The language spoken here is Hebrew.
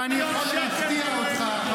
ואני אפתיע אותך,